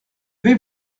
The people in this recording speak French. vais